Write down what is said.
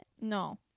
No